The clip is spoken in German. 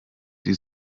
die